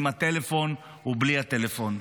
עם הטלפון ובלי הטלפון.